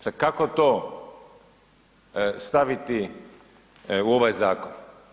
Sad kako to staviti u ovaj zakon?